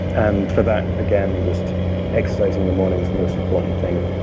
and for that, again, just exercising in the morning is the most important thing.